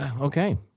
Okay